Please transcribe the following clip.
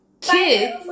kids